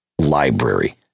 library